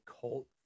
cult